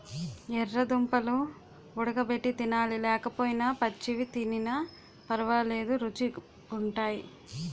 యెర్ర దుంపలు వుడగబెట్టి తినాలి లేకపోయినా పచ్చివి తినిన పరవాలేదు రుచీ గుంటయ్